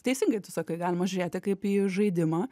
teisingai tu sakai galima žiūrėti kaip į žaidimą